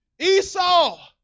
Esau